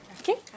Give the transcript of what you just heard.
Okay